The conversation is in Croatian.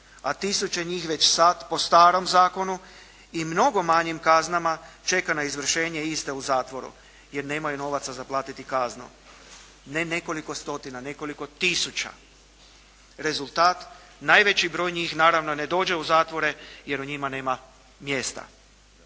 a tisuće njih već sad po starom zakonu i mnogo manjim kaznama čeka na izvršenje iste u zatvoru, jer nemaju novaca za platiti kaznu. Ne nekoliko stotina, nekoliko tisuća. Rezultat, najveći broj njih naravno ne dođe u zatvore jer u njima nema mjesta.